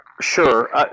Sure